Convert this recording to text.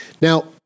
Now